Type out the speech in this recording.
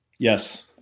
Yes